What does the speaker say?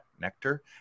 nectar